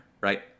right